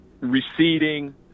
Receding